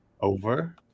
Over